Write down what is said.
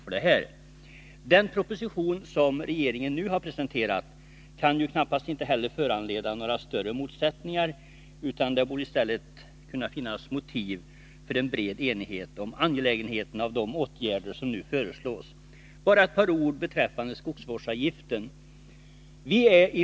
Inte heller den proposition som regeringen nu har presenterat kan väl föranleda några större motsättningar. I stället borde det nu kunna finnas motiv för en bred enighet när det gäller angelägenheten av de föreslagna åtgärderna. Sedan bara några ord beträffande skogsvårdsavgiften.